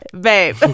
babe